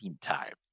time